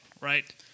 Right